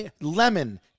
Lemon